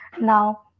now